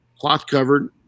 cloth-covered